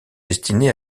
destinés